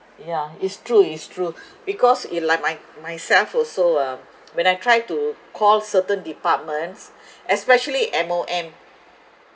yeah it's true it's true because it like my myself also uh when I try to call certain departments especially M_O_M